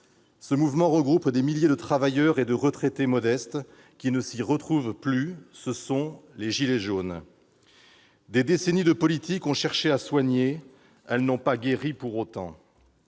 Ce mouvement regroupe des milliers de travailleurs et de retraités, modestes, qui ne s'y retrouvent plus. Ce sont les « gilets jaunes ». Des décennies de politiques ont cherché à soigner. Elles n'ont pas guéri pour autant.